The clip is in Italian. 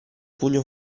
pugno